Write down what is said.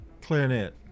Clarinet